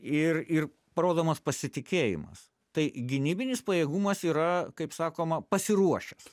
ir ir parodomas pasitikėjimas tai gynybinis pajėgumas yra kaip sakoma pasiruošęs